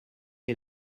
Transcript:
est